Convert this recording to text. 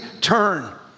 turn